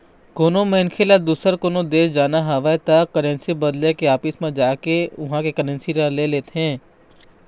कोनो मनखे ल दुसर कोनो देश जाना हवय त करेंसी बदले के ऑफिस म जाके उहाँ के करेंसी ल ले लेथे